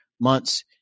months